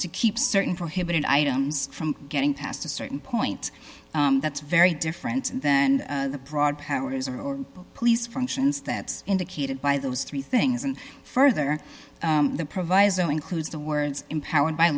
to keep certain prohibited items from getting past a certain point that's very different than the broad powers are or police functions that indicated by those three things and further the proviso includes the words empowered by